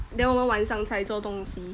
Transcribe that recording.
then 我们晚上才做东西